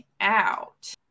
out